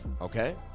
okay